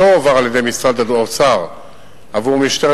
שלא הועבר על-ידי משרד האוצר עבור משטרת